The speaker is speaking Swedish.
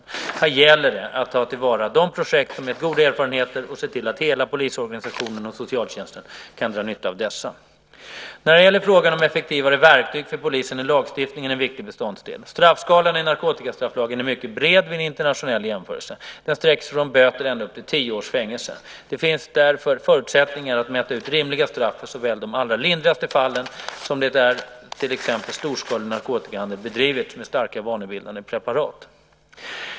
Här gäller det att ta till vara de projekt som gett goda erfarenheter och se till att hela polisorganisationen och socialtjänsten kan dra nytta av dessa. När det gäller frågan om effektivare verktyg för polisen är lagstiftningen en viktig beståndsdel. Straffskalan i narkotikastrafflagen är mycket bred vid en internationell jämförelse - den sträcker sig från böter ända upp till tio års fängelse. Det finns därför förutsättningar att mäta ut rimliga straff för såväl de allra lindrigaste fallen som de där till exempel storskalig narkotikahandel bedrivits med starkt vanebildande preparat.